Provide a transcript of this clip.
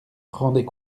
rendait